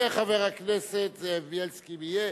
וחבר הכנסת זאב בילסקי, אם יהיה.